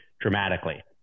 dramatically